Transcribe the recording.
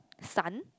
sun